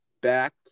back